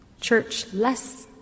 church-less